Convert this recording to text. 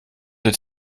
der